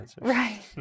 Right